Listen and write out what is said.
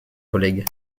collègues